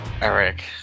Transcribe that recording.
Eric